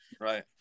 right